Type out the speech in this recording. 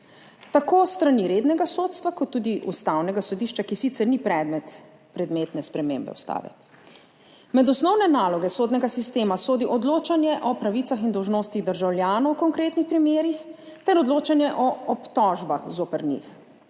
tako s strani rednega sodstva kot tudi Ustavnega sodišča, ki sicer ni predmet predmetne spremembe ustave. Med osnovne naloge sodnega sistema sodi odločanje o pravicah in dolžnostih državljanov v konkretnih primerih ter odločanje o obtožbah zoper njih.